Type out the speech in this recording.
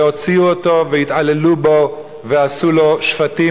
והוציאו אותו והתעללו בו ועשו בו שפטים,